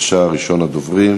ראשון הדוברים,